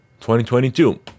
2022